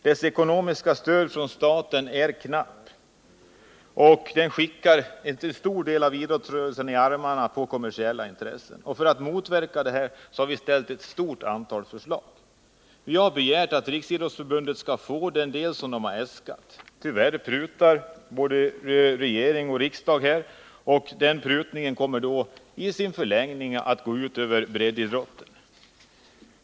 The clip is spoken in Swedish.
Dess ekonomiska stöd från staten är knappt, vilket skickar en stor del av idrottsrörelsen i armarna på kommersiella intressen. Vi har lagt fram ett stort antal förslag för att motverka detta. Vi har för det första begärt att Riksidrottsförbundet skall få det anslag som man har äskat. Tyvärr prutar både regering och riksdag — om den följer utskottets förslag —, och den prutningen kommer i sin förlängning att gå ut över breddidrotten.